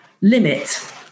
limit